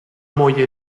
moglie